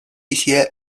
一些